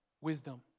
wisdom